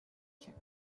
check